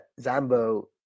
Zambo